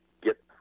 get